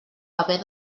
haver